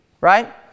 right